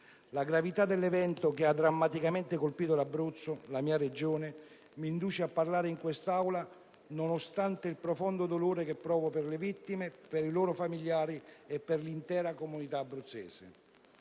La gravità dell'evento che ha drammaticamente colpito l'Abruzzo, la mia Regione, m'induce a parlare in quest'Aula, nonostante il profondo dolore che provo per le vittime, i loro familiari e per l'intera comunità abruzzese.